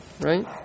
right